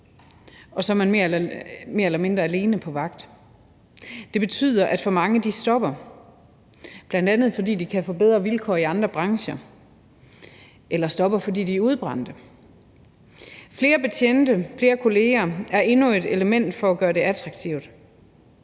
og så er man mere eller mindre alene på vagt. Det betyder, at for mange stopper, bl.a. fordi de kan få bedre vilkår i andre brancher, eller de stopper, fordi de er udbrændte. Flere betjente og flere kolleger er endnu et element for at gøre det attraktivt,